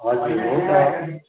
हजुर हो त